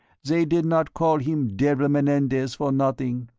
they did not call him devil menendez for nothing.